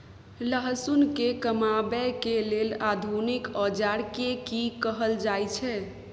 लहसुन के कमाबै के लेल आधुनिक औजार के कि कहल जाय छै?